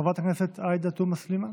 חברת הכנסת עאידה תומא סלימאן.